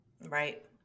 right